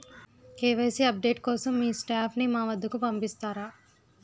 KYC update కోసం మీ staff ని మా వద్దకు పంపిస్తారా?